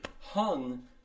hung